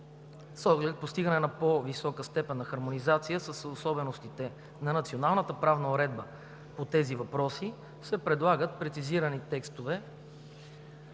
с оглед постигане на по-висока степен на хармонизация с особеностите на националната правна уредба. По тези въпроси се предлагат прецизирани текстове